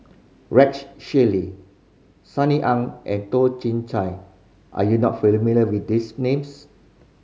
Rex Shelley Sunny Ang and Toh Chin Chye are you not familiar with these names